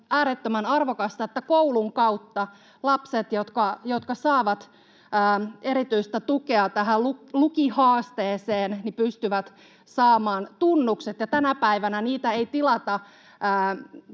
äärettömän arvokasta, että koulun kautta lapset, jotka saavat erityistä tukea lukihaasteeseen, pystyvät saamaan tunnukset. Tänä päivänä niitä ei tilata